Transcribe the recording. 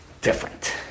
different